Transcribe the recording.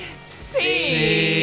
See